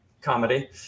comedy